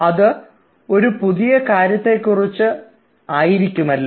അതൊരു പുതിയ കാര്യത്തെ സംബന്ധിച്ചുള്ള ആയിരിക്കുമല്ലോ